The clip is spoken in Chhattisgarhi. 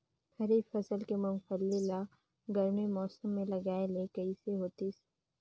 खरीफ फसल के मुंगफली ला गरमी मौसम मे लगाय ले कइसे होतिस?